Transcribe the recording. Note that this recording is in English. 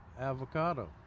avocado